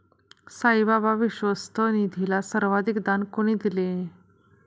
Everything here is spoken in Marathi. साईबाबा विश्वस्त निधीला सर्वाधिक दान कोणी दिले?